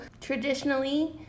traditionally